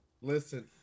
Listen